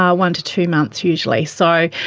um one to two months usually. so